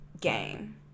game